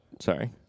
Sorry